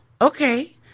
okay